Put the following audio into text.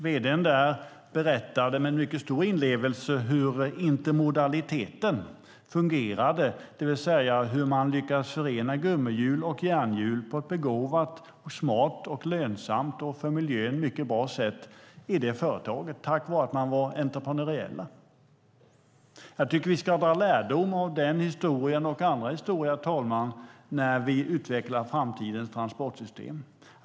Vd:n där berättade med mycket stor inlevelse hur intermodaliteten fungerar, det vill säga hur man lyckats förena gummihjul och järnhjul på ett begåvat, smart, lönsamt och för miljön mycket bra sätt i det företaget tack vare att man var entreprenöriell. Jag tycker att vi ska dra lärdom av den historien och andra historier, herr talman, när vi utvecklar framtidens transportsystem.